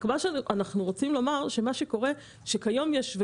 אני אתן רק שתי דוגמאות מהיומיים האחרונים: אתמול היה לנו מפגש,